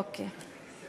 אוקיי.